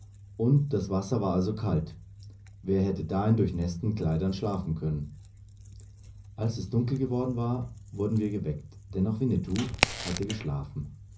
und das wasser war also kalt wer hätte da in den durchnäßten kleidern schlafen können als es dunkel geworden war wurden wir geweckt denn auch winnetou hatte geschlafen